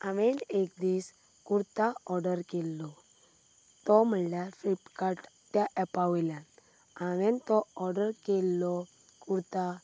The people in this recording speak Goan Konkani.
हांवें एक दीस कुर्ता ओर्डर केल्लो तो म्हणल्यार फ्लिपकार्ट त्या एपा वयल्यान हांवें तो ओर्डर केल्लो कुर्ता